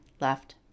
left